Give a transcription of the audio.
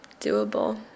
doable